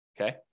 okay